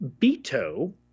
Beto